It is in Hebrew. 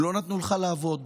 לא נתנו לך לעבוד.